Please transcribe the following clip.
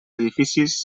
edificis